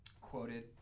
quoted